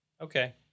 Okay